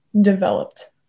developed